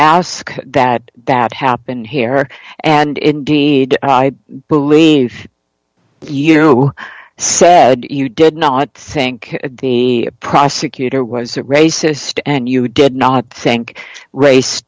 ask that that happened here and indeed i believe you said you did not think the prosecutor was a racist and you did not think race